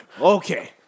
Okay